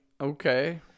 okay